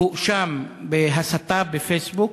הוא הואשם בהסתה בפייסבוק,